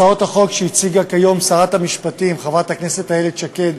הצעות החוק שהציגה היום שרת המשפטים חברת הכנסת איילת שקד